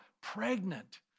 pregnant